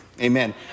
Amen